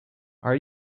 are